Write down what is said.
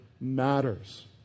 matters